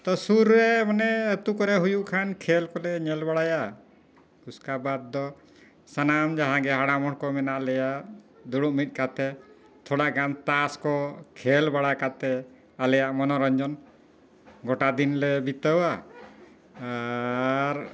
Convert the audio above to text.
ᱛᱚ ᱥᱩᱨᱨᱮ ᱢᱟᱱᱮ ᱟᱛᱳ ᱠᱚᱨᱮ ᱦᱩᱭᱩᱜ ᱠᱷᱟᱱ ᱠᱷᱮᱞ ᱠᱚᱞᱮ ᱧᱮᱞ ᱵᱟᱲᱟᱭᱟ ᱩᱥᱠᱟᱵᱟᱫᱽ ᱫᱚ ᱥᱟᱱᱟᱢ ᱡᱟᱦᱟᱸ ᱜᱮ ᱦᱟᱲᱟᱢ ᱠᱚ ᱢᱮᱱᱟᱜ ᱞᱮᱭᱟ ᱫᱩᱲᱩᱵ ᱢᱤᱫ ᱠᱟᱛᱮᱫ ᱛᱷᱚᱲᱟᱜᱟᱱ ᱛᱟᱥ ᱠᱚ ᱠᱷᱮᱞ ᱵᱟᱲᱟ ᱠᱟᱛᱮᱫ ᱟᱞᱮᱭᱟᱜ ᱢᱚᱱᱳᱨᱚᱧᱡᱚᱱ ᱜᱚᱴᱟ ᱫᱤᱱ ᱞᱮ ᱵᱤᱛᱟᱹᱣᱟ ᱟᱨ